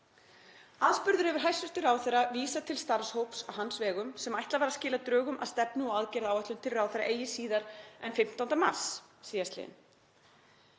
Aðspurður hefur hæstv. ráðherra vísað til starfshóps á hans vegum sem ætlað var að skila drögum að stefnu og aðgerðaáætlun til ráðherra eigi síðar en 15. mars síðastliðinn.